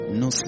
no